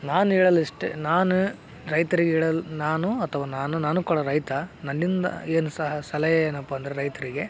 ನಾನು ಹೇಳಲು ಇಷ್ಟೆ ನಾನು ರೈತರಿಗೆ ಹೇಳಲು ನಾನು ಅಥವಾ ನಾನು ನಾನು ಕೂಡ ರೈತ ನನ್ನಿಂದ ಏನು ಸಲಹೆ ಏನಪ್ಪ ಅಂದರೆ ರೈತರಿಗೆ